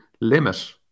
limit